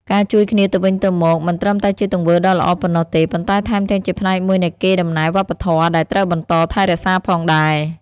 ការជួយគ្នាទៅវិញទៅមកមិនត្រឹមតែជាទង្វើដ៏ល្អប៉ុណ្ណោះទេ ប៉ុន្តែថែមទាំងជាផ្នែកមួយនៃកេរដំណែលវប្បធម៌ដែលត្រូវបន្តថែរក្សាផងដែរ។